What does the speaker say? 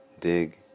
dig